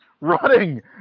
Running